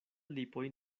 lipoj